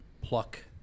pluck